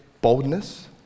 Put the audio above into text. boldness